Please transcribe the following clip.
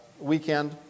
weekend